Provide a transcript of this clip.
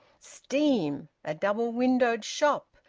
steam! a double-windowed shop!